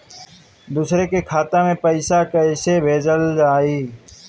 दूसरे के खाता में पइसा केइसे भेजल जाइ?